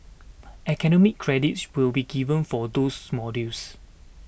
academic credits will be given for those modules